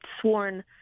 sworn